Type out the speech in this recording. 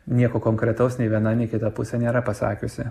nieko konkretaus nei viena nei kita pusė nėra pasakiusi